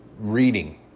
reading